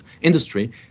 industry